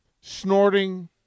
snorting